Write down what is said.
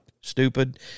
stupid